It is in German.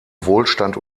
wohlstand